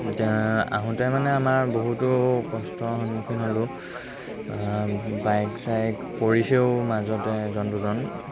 এতিয়া আহোঁতে মানে আমাৰ বহুতো কষ্টৰ সন্মুখীন হ'লোঁ বাইক চাইক পৰিছেও মাজতে এজন দুজন